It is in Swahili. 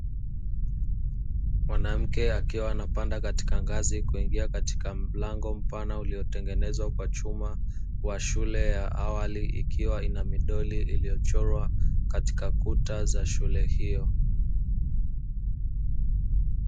Mwanamke akiwa anapanda katika ngazi kuingia katika mlango mpana uliotengenezwa kwa chuma, wa shule ya awali ikiwa ina midoli iliyochorwa katika kuta za shule hiyo.